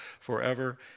forever